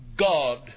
God